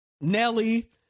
Nelly